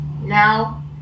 now